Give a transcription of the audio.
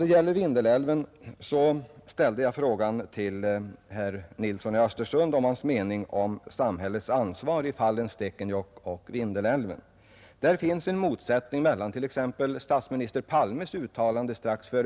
Vad gäller Vindelälven ställde jag frågan till herr Nilsson i Östersund om hans mening beträffande samhällets ansvar i fallen Stekenjokk och Vindelälven. Där finns en motsättning, t.ex. mellan statsminister Palmes och industriminister Wickmans uppfattningar.